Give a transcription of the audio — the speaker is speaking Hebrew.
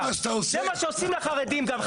זה מה שעושים לחרדים גם.